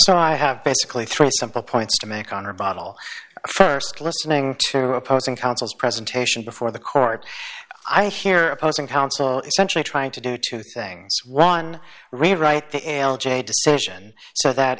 so i have basically three simple points to make on her battle st listening to opposing counsel's presentation before the court i hear opposing counsel essentially trying to do two things one rewrite the l j decision so that